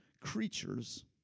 creatures